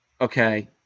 Okay